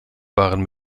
waren